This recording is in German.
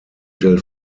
del